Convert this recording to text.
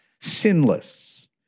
sinless